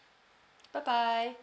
bye bye